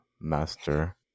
master